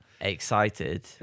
excited